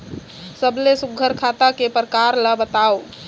सबले सुघ्घर खाता के प्रकार ला बताव?